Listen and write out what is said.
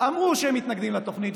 שאמרו שהם מתנגדים לתוכנית.